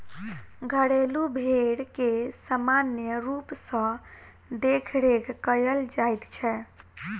घरेलू भेंड़ के सामान्य रूप सॅ देखरेख कयल जाइत छै